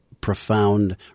profound